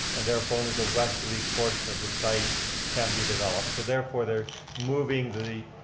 and therefore only the westerly portion of the site can be developed. so therefore they're moving the the